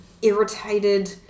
irritated